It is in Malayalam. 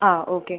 ആ ഓക്കേ